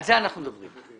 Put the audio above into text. על זה אנחנו מדברים.